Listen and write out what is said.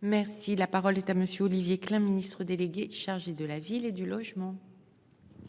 Merci la parole est à monsieur Olivier Klein, Ministre délégué chargé de la ville et du logement.